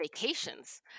vacations